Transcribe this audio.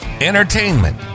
entertainment